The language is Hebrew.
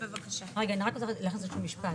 אני רק רוצה להכניס איזשהו משפט,